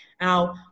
Now